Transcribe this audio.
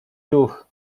ruch